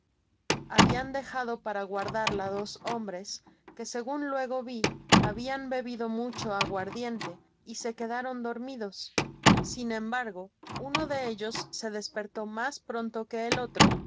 habian dejado pira guardarla dos hombres que segun luego vi habian bebido mucho aguardiente y se quedaron dormidos sin embargo uno de ellos se despertó mas pronto que el otro